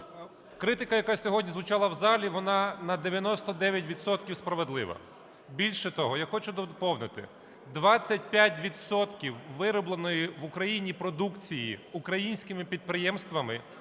Критика, яка сьогодні звучала в залі, вона на 99 відсотків справедлива. Більше того, я хочу доповнити, 25 відсотків виробленої в Україні продукції українськими підприємствами,